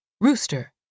Rooster